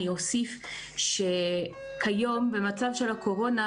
אני אוסיף שהיום במצב של הקורונה